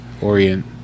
Orient